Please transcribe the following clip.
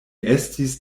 estis